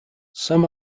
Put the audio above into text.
some